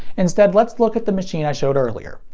instead, let's look at the machine i showed earlier.